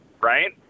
right